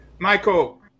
Michael